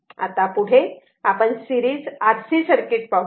आता पुढे आपण सेरीज RC सर्किट पाहू या